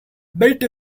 bit